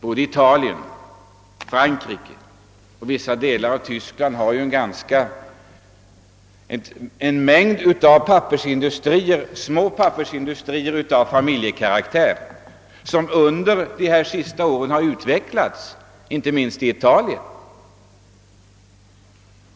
Både Italien, Frankrike och vissa delar av Västtyskland har en mängd små pappersindustrier av familjekaraktär som har utvecklats kraftigt under de senaste åren, inte minst i Italien.